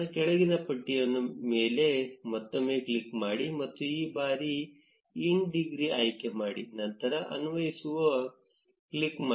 ಕೆಳಗಿನ ಪಟ್ಟಿಯ ಮೇಲೆ ಮತ್ತೊಮ್ಮೆ ಕ್ಲಿಕ್ ಮಾಡಿ ಮತ್ತು ಈ ಬಾರಿ ಇನ್ ಡಿಗ್ರಿ ಆಯ್ಕೆ ಮಾಡೋಣ ನಂತರ ಅನ್ವಯಿಸು ಕ್ಲಿಕ್ ಮಾಡಿ